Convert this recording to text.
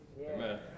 Amen